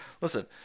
Listen